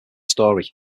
story